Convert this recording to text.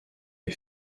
est